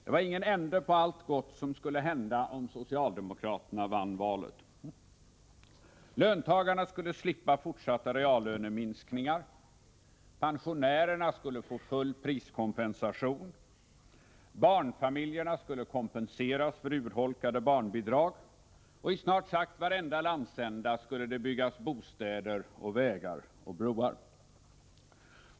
Det var ingen ände på allt gott som skulle hända om socialdemokraterna vann valet. Löntagarna skulle slippa fortsatta reallöneminskningar, pensionärerna skulle få full priskompensation, barnfamiljerna skulle kompenseras för urholkade barnbidrag och i snart sagt varenda landsända skulle det byggas bostäder, vägar och broar.